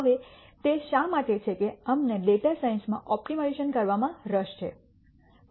હવે તે શા માટે છે કે અમને ડેટા સાયન્સ માં ઓપ્ટિમાઇઝેશન કરવામાં રસ છે